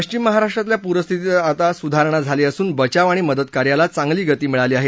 पश्चिम महाराष्ट्रातल्या पूरस्थितीत आता सुधारणा झाली असून बचाव आणि मदत कार्याला चांगली गती मिळाली आहे